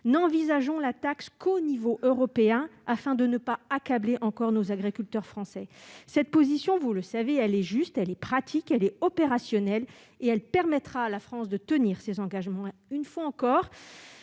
N'envisageons la taxe qu'au niveau européen, afin de ne pas accabler encore les agriculteurs français. Cette position- vous le savez -est juste, pratique, opérationnelle ; elle permettra à la France de tenir ses engagements. Les